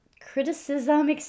criticism